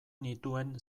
nituen